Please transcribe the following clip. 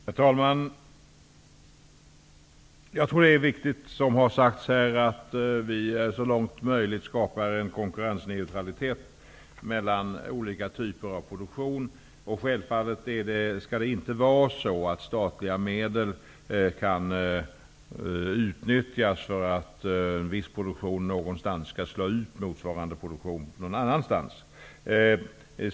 Herr talman! Jag tror att det är viktigt, som har sagts här, att vi så långt möjligt skapar en konkurrensneutralitet mellan olika typer av produktion. Självfallet skall det inte vara möjligt att utnyttja statliga medel för att en viss produktion någonstans skall slå ut motsvarande produktion någon annanstans.